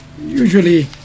usually